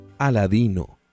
Aladino